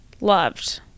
Loved